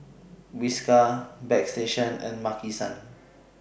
Whiskas Bagstationz and Maki San